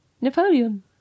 Napoleon